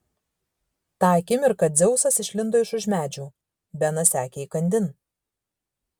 tą akimirką dzeusas išlindo iš už medžių benas sekė įkandin